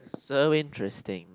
so interesting